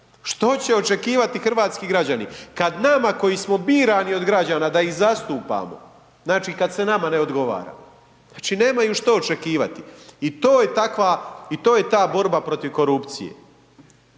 Što će očekivati hrvatski građani kad nama koji smo birani od građana da ih zastupamo, znači kad se nama ne odgovara? Znači nemaju što očekivati i to je ta borba protiv korupcije.